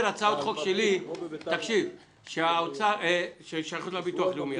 הצעות חוק שלי ששייכות לביטוח הלאומי,